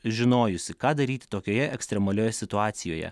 žinojusi ką daryti tokioje ekstremalioje situacijoje